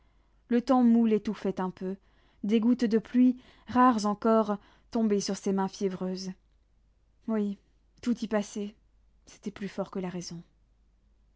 le temps mou l'étouffait un peu des gouttes de pluie rares encore tombaient sur ses mains fiévreuses oui toutes y passaient c'était plus fort que la raison